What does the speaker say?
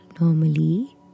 normally